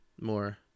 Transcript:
more